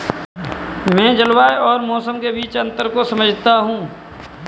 मैं जलवायु और मौसम के बीच अंतर को समझता हूं